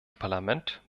parlament